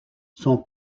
son